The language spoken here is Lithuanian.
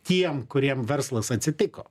tiem kuriem verslas atsitiko